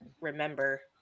remember